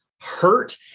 hurt